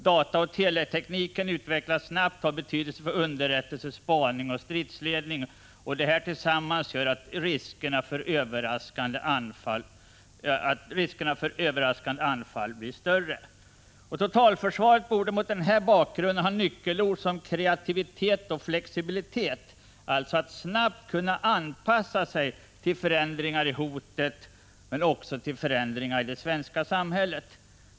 Dataoch teletekniken utvecklas snabbt och har betydelse för underrättelse, spaning och stridsledning. Detta tillsammans gör att riskerna för överraskande anfall blir större. Totalförsvaret borde mot den bakgrunden som nyckelord ha kreativitet Prot. 1985/86:126 och flexibilitet. Man måste snabbt kunna anpassa sig till förändringar i hotet 24 april 1986 men också till förändringar i det svenska samhället.